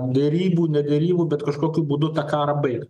derybų ne derybų bet kažkokiu būdu tą karą baigt